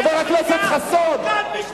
חבר הכנסת חסון.